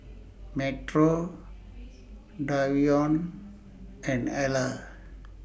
Metro Davion and Alla